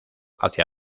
hacia